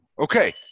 Okay